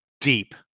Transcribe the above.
deep